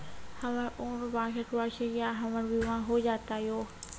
हमर उम्र बासठ वर्ष या हमर बीमा हो जाता यो?